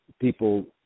people